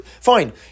Fine